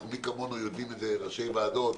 מי כמונו יודעים את זה ראשי ועדות,